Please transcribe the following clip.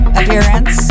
appearance